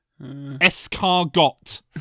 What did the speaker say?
Escargot